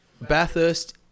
Bathurst